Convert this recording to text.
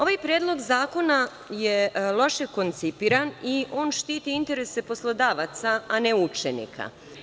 Ovaj predlog zakona je loše koncipiran i on štiti interese poslodavaca, a ne učenika.